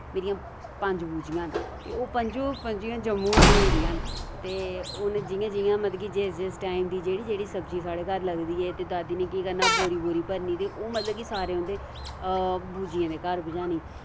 मेरियां पंज बूजियां न ते ओ पंजो पंजे जम्मू गै ब्होई दियां न ते हुन जि'यां जि'यां मतलब कि जिस जिस टाइम दी जेह्ड़ी जेह्ड़ी सब्जी साढ़े घर लगदी ऐ ते दादी ने केह् करना बोरी बोरी भरनी ते ओह् मतलब की सारै उं'दे बूजियें दे घर पजानी